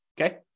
okay